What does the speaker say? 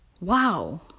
Wow